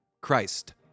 Christ